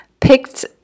picked